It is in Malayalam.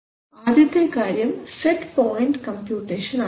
ആദ്യത്തെ കാര്യം സെറ്റ് പോയന്റ് കമ്പ്യൂട്ടേഷൻ ആണ്